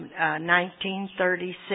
1936